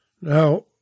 Now